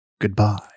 goodbye